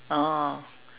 oh